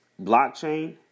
blockchain